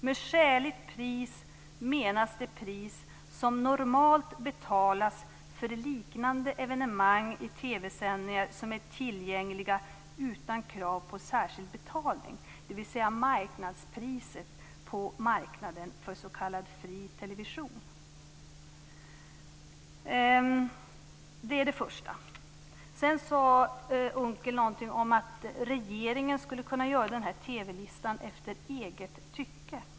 Med skäligt pris menas det pris som normalt betalas för liknande evenemang i TV-sändningar som är tillgängliga utan krav på särskild betalning, dvs. marknadspriset på marknaden för s.k. fri television. Det är det första. Sedan sade Per Unckel någonting om att regeringen skulle kunna göra TV-listan efter eget tycke.